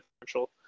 differential